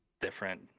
different